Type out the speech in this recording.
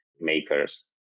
makers